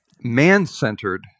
man-centered